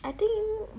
I think